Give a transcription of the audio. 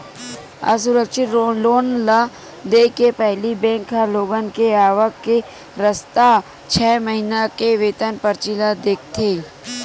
असुरक्छित लोन ल देय के पहिली बेंक ह लोगन के आवक के रस्ता, छै महिना के वेतन परची ल देखथे